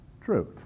truth